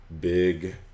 big